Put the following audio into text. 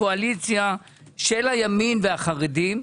בקואליציה של הימין והחרדים,